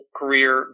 career